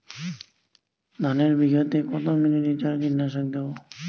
ধানে বিঘাতে কত মিলি লিটার কীটনাশক দেবো?